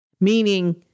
Meaning